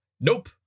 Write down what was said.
Nope